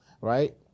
right